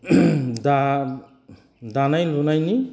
दा दानाय लुनायनि